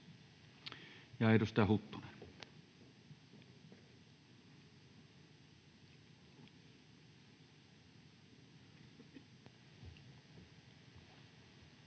Ja edustaja Huttunen.